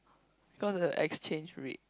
because of the exchange rate